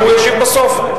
והוא ישיב בסוף.